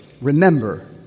remember